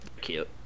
Cute